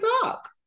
talk